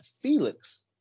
Felix